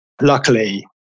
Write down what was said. Luckily